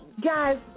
guys